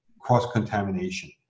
cross-contamination